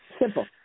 Simple